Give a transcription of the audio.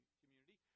community